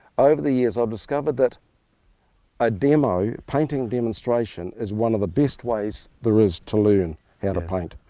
over the years i've discovered that a demo, painting demonstration, is one of the best ways there is to learn how to paint.